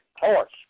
horse